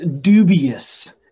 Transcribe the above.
dubious